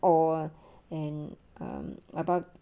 oh and I'm about